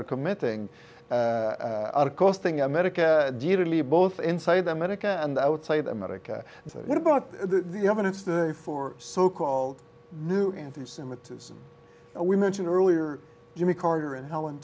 are committing out of costing america directly both inside america and i would say that america what about the evidence the so called new anti semitism we mentioned earlier jimmy carter and helen